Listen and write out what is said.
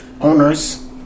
Owners